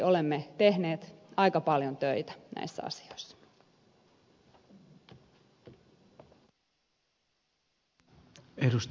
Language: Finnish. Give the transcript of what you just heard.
olemme tehneet aika paljon töitä näissä asioissa